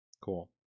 cool